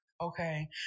okay